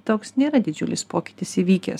toks nėra didžiulis pokytis įvykęs